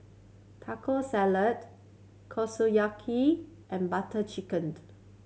Taco Salad Kushiyaki and Butter Chickened